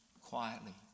quietly